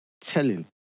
telling